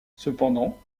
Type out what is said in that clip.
cependant